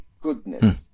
goodness